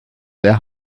their